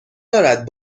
دارد